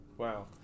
Wow